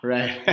Right